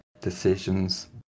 decisions